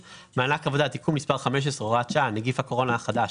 (מענק עבודה) (תיקון מס' 15 הוראת שעה נגיף הקורונה החדש),